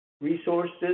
resources